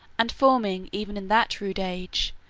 and forming, even in that rude age,